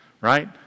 right